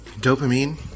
dopamine